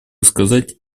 сказать